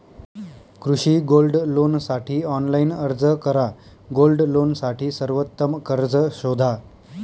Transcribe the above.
कृषी गोल्ड लोनसाठी ऑनलाइन अर्ज करा गोल्ड लोनसाठी सर्वोत्तम कर्ज शोधा